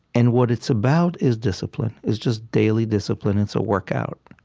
and what it's about is discipline. it's just daily discipline. it's a workout.